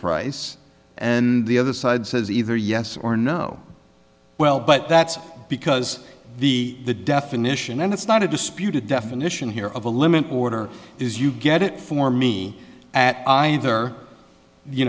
price and the other side says either yes or no well but that's because the the definition and it's not a disputed definition here of a limit order is you get it for me at either you